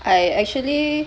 I actually